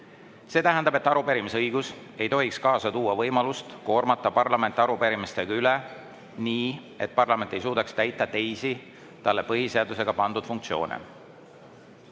See tähendab, et arupärimisõigus ei tohiks kaasa tuua võimalust koormata parlament arupärimistega üle, nii et parlament ei suudaks täita teisi talle PSiga pandud funktsioone."